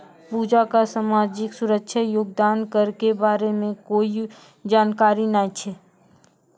पूजा क सामाजिक सुरक्षा योगदान कर के बारे मे कोय जानकारी नय छै